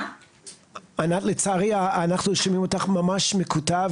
--- ענת, לצערי אנחנו שומעים מקוטע.